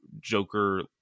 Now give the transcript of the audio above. Joker